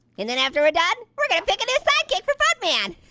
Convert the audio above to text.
and then after we're done, we're gonna pick a new sidekick for buttman.